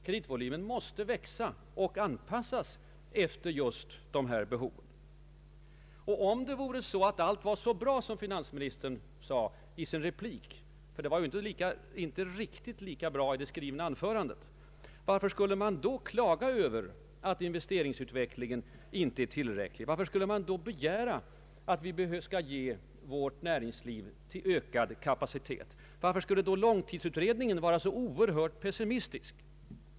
Kreditvolymen måste växa och anpassas efter behoven. Om det vore så, som finansministern framhöll i sin replik, att allt var så bra — det var ju inte riktigt lika bra i hans skrivna anförande — varför skulle man då klaga över att investeringsutvecklingen inte är tillräckligt snabb? Varför skulle man då begära att vi skall ge vårt näringsliv ökad kapacitet? Varför skulle då långtidsutredningen behöva vara så oerhört pessimistisk?